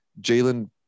Jalen